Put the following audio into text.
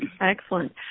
Excellent